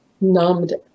numbed